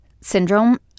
syndrome